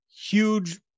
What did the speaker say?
Huge